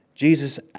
Jesus